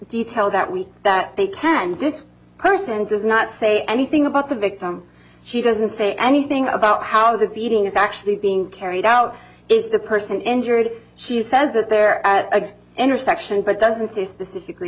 detail that week that they can this person does not say anything about the victim she doesn't say anything about how the beating is actually being carried out is the person injured she says that there at a intersection but doesn't is specifically